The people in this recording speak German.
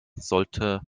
sollte